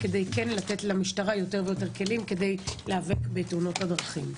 כדי כן לתת למשטרה יותר ויותר כלים להיאבק בתאונות הדרכים.